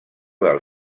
del